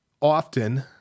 often